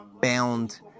bound